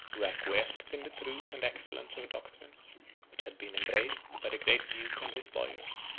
who acquiesced in the truth and excellence of a doctrine which had been embraced by the great duke and his boyars.